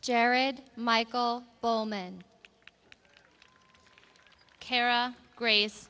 jared michael coleman kara grace